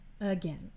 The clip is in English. again